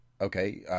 okay